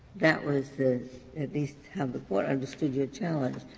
that was the at least how the court understood your challenge,